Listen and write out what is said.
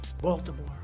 baltimore